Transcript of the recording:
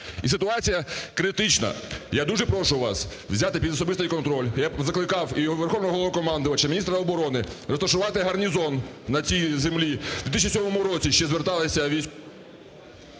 і ситуація критична. Я дуже прошу вас взяти під особистий контроль. Я закликав і Верховного Головнокомандувача, міністра оборони розташувати гарнізон на цій землі. В 2007 році ще зверталися військові…